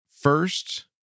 first